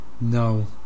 No